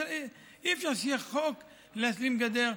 אי-אפשר שיהיה חוק להשלים גדר.